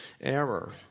error